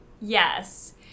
Yes